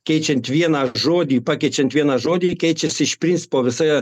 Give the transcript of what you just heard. keičiant vieną žodį pakeičiant vieną žodį keičiasi iš principo visa jo